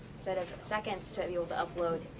instead of seconds to be able to upload,